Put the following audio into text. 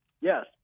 Yes